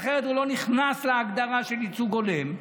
אחרת הוא לא נכנס להגדרה של ייצוג הולם,